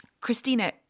Christina